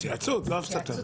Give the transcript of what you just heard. נא לשבת,